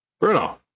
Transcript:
Bruno